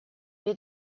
wir